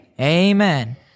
Amen